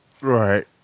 Right